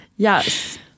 Yes